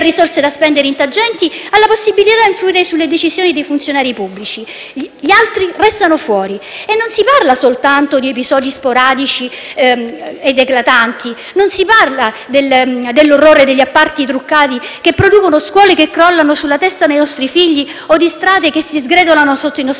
risorse da spendere in tangenti ha la possibilità di influire sulle decisioni dei funzionari pubblici, gli altri restano fuori. E non si parla soltanto di episodi sporadici ed eclatanti, non si parla dell'orrore degli appalti truccati che producono scuole che crollano sulla testa dei nostri figli o di strade che si sgretolano sotto i nostri